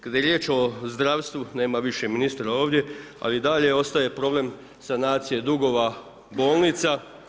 Kad je riječ o zdravstvu, nema više ministra ovdje, ali i dalje ostaje problem sanacije dugova bolnica.